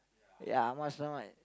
ya my stomach